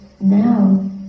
now